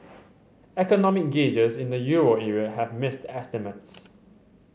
economic gauges in the euro area have missed estimates